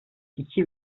iki